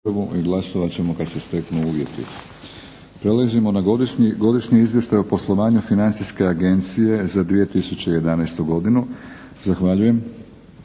Glasovat ćemo kad se steknu uvjeti. **Leko, Josip (SDP)** Godišnji izvještaj o poslovanju Financijske agencije za 2011. godinu, rasprava